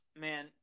man